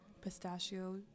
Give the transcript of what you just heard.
pistachio